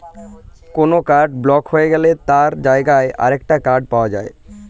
কোনো card block হয়ে গেলে তার জায়গায় আরেকটা কার্ড পাওয়া যায়